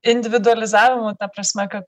individualizavimu ta prasme kad